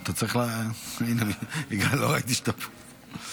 אתה צריך --- לא ראיתי שאתה פה.